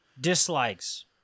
Dislikes